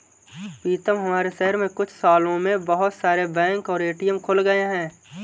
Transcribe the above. पीतम हमारे शहर में कुछ सालों में बहुत सारे बैंक और ए.टी.एम खुल गए हैं